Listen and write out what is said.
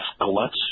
gluts